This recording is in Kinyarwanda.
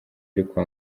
ariko